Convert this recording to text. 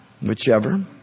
whichever